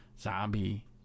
Zombie